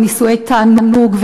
ונישואי תענוג,